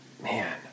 Man